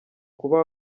kuba